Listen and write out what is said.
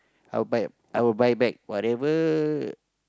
I'll buy I'll buy back whatever